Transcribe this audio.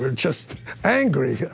and just angry!